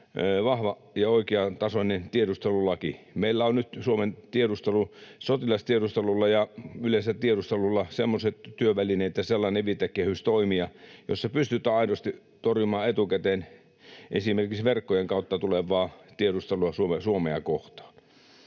vahva ja oikeantasoinen tiedustelulaki. Meillä on nyt Suomen sotilastiedustelulle ja yleensä tiedustelulle semmoiset työvälineet ja sellainen viitekehys toimia, että pystytään aidosti torjumaan etukäteen esimerkiksi verkkojen kautta tulevaa tiedustelua Suomea kohtaan.